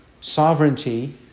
sovereignty